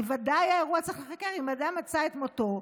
בוודאי שהאירוע צריך להיחקר אם אדם מצא את מותו.